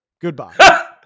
Goodbye